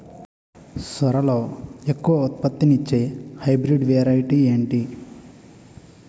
సోరలో ఎక్కువ ఉత్పత్తిని ఇచే హైబ్రిడ్ వెరైటీ ఏంటి?